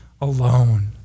alone